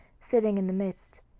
sitting in the midst.